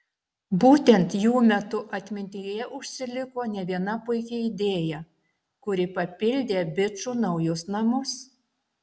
būtent jų metu atmintyje užsiliko ne viena puiki idėja kuri papildė bičų naujus namus